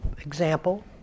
example